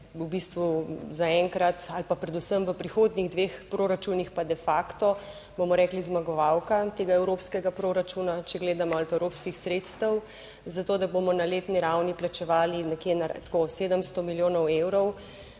v bistvu zaenkrat ali pa predvsem v prihodnjih dveh proračunih, pa de facto, bomo rekli, zmagovalka tega evropskega proračuna, če gledamo, ali pa evropskih sredstev, zato, da bomo na letni ravni plačevali nekje tako 700 milijonov evrov,